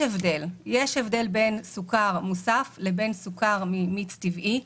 בהחלט יש הבדל בין סוכר מוסף לבין סוכר ממיץ טבעי.